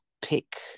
pick